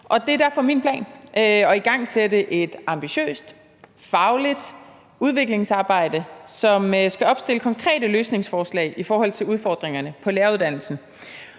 Det er derfor min plan at igangsætte et ambitiøst fagligt udviklingsarbejde, som skal opstille konkrete løsningsforslag i forhold til udfordringerne på læreruddannelsen.